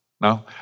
No